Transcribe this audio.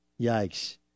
Yikes